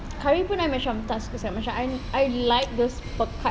curry pun I macam tak suka sangat macam I like those pekat